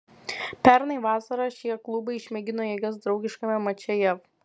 pernai vasarą šie klubai išmėgino jėgas draugiškame mače jav